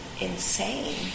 insane